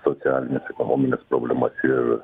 ir socialines ekonomines problemas ir